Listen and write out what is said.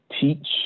teach